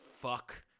fuck